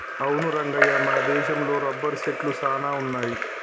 అవును రంగయ్య మన దేశంలో రబ్బరు సెట్లు సాన వున్నాయి